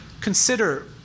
consider